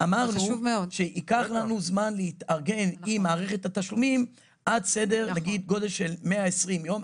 אמרנו שייקח לנו זמן להתארגן עם מערכת התשלומים עד סדר גודל של 120 יום,